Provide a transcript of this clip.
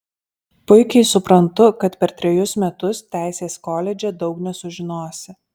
puikiai suprantu kad per trejus metus teisės koledže daug nesužinosi